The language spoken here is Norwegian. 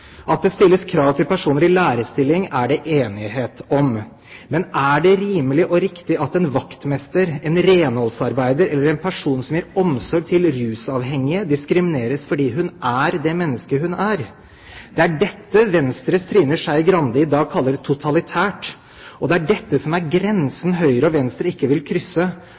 At det stilles krav til personer i lærerstillinger, er det enighet om. Men er det rimelig og riktig at en vaktmester, en renholdsarbeider eller en person som gir omsorg til rusavhengige, diskrimineres fordi hun er det mennesket hun er? Det er dette Venstres Trine Skei Grande i dag kaller totalitært, det er dette som er grensen Høyre og Venstre ikke vil krysse,